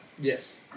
Yes